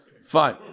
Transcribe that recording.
Fine